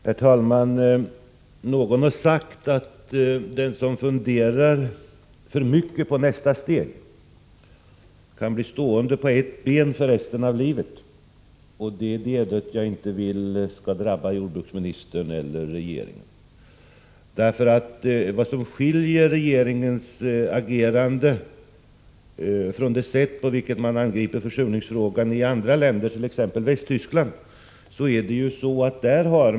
Herr talman! Någon har sagt att den som funderar för mycket på nästa steg kan bli stående på ett ben för resten av livet. Det ödet vill jag inte skall drabba jordbruksministern eller regeringen i övrigt! Det finns vissa skillnader mellan regeringens agerande och det sätt på vilket man angriper försurningsfrågan i andra länder, t.ex. Västtyskland.